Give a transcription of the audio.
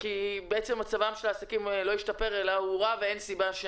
בעצם מצבם של העסקים לא השתפר אלא הורע ואין סיבה.